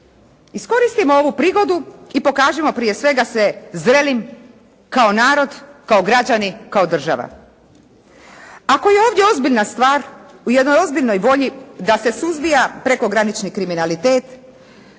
Iskoristimo ovu prigodu i pokažimo prije svega se zrelim kao narod, kao građani, kao država. Ako je ovdje ozbiljna stvar u jednoj ozbiljnoj volji da se suzbija prekogranični kriminalitet,